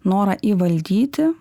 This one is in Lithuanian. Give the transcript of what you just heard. norą įvaldyti